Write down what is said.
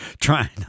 trying